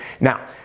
Now